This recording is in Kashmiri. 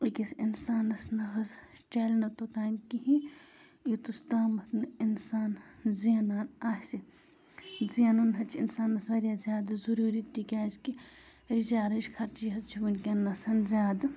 أکِس اِنسانَس نہٕ حظ چَلہِ نہٕ توٚتام کِہیٖنۍ یوٚتَس تامَتھ نہٕ اِنسان زینان آسہِ زینُن حظ چھُ اِنسانَس واریاہ زیادٕ ضٔروٗری تِکیٛازِ کہِ رِچارٕج خرچی حظ چھِ وٕنۍکٮ۪نَس زیادٕ